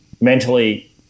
mentally